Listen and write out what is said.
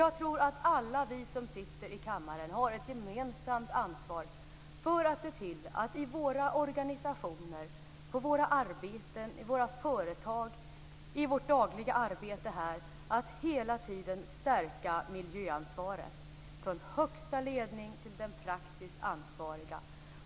Jag tror att alla vi som sitter i kammaren har ett gemensamt ansvar för att se till att hela tiden stärka miljöansvaret i våra organisationer, på våra arbeten, i våra företag, i vårt dagliga arbete, från högsta ledning till den praktiskt ansvariga.